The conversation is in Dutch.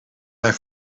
mijn